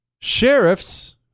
sheriffs